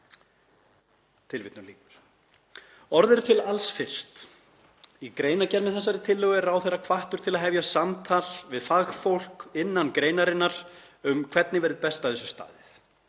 Orð eru til alls fyrst. Í greinargerð með þessari tillögu er ráðherra hvattur til að hefja samtal við fagfólk innan greinarinnar um hvernig verði best að þessu staðið.